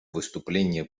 выступление